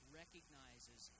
recognizes